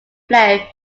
player